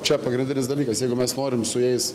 čia pagrindinis dalykas jeigu mes norim su jais